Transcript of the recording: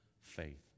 faith